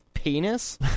penis